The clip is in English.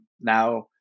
now